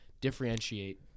differentiate